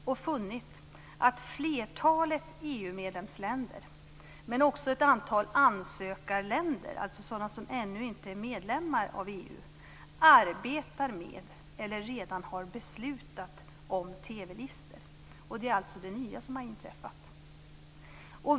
Vi har då funnit att flertalet EU-medlemsländer, men också ett antal ansökarländer, dvs. sådana som ännu inte är medlemmar i EU, arbetar med eller redan har beslutat om TV-listor. Det är alltså det nya som har inträffat.